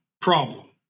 problem